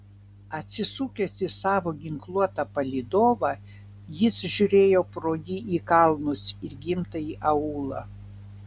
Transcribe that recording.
atsisukęs į savo ginkluotą palydovą jis žiūrėjo pro jį į kalnus ir gimtąjį aūlą